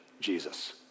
Jesus